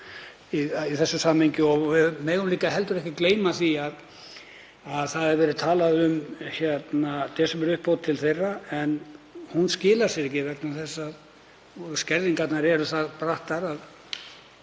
í þessu samhengi. Við megum heldur ekki gleyma því að talað hefur verið um desemberuppbót til þeirra en hún skilar sér ekki vegna þess að skerðingarnar eru það brattar að